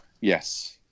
Yes